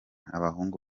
abahungu